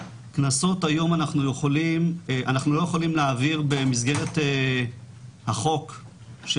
היום אנחנו לא יכולים להעביר במסגרת החוק של